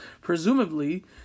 presumably